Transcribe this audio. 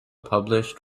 published